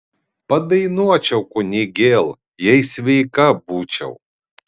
padainuočiau kunigėl jei sveika būčiau